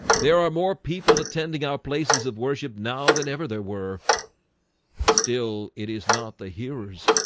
there are more people attending our places of worship now than ever there were but still it is not the hearers,